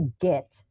get